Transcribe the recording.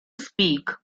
speak